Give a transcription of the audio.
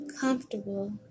comfortable